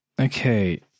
Okay